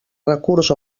recurs